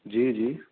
جی جی